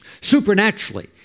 supernaturally